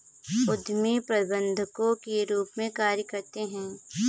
उद्यमी प्रबंधकों के रूप में कार्य करते हैं